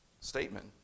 statement